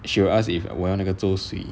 she will ask if 我要那个粥水